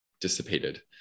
dissipated